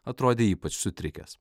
atrodė ypač sutrikęs